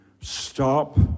Stop